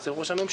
אצל ראש הממשלה,